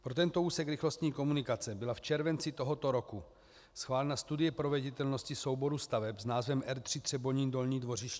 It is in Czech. Pro tento úsek rychlostní komunikace byla v červenci tohoto roku schválena studie proveditelnosti souboru staveb s názvem R3 Třebonín Dolní Dvořiště.